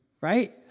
right